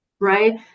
right